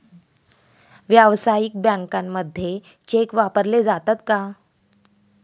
व्यावसायिक बँकांमध्ये चेक वापरले जातात का?